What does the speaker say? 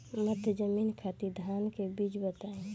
मध्य जमीन खातिर धान के बीज बताई?